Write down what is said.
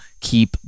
keep